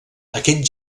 aquest